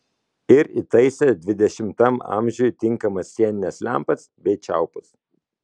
ir įtaisė dvidešimtam amžiui tinkamas sienines lempas bei čiaupus